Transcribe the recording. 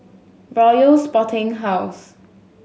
Royal Sporting House